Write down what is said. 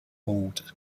hauled